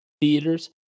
theaters